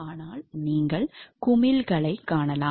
ஆனால் நீங்கள் குமிழ்களைக் காணலாம்